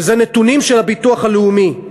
וזה נתונים של הביטוח הלאומי.